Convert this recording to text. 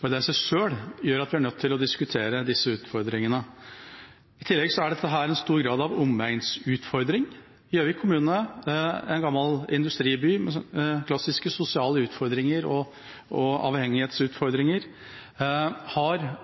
Men det i seg selv gjør at vi er nødt til å diskutere disse utfordringene. I tillegg er dette en stor grad av omegnsutfordring. Gjøvik kommune, en gammel industriby med klassiske sosiale utfordringer og avhengighetsutfordringer, har mange av omegnens og